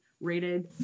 rated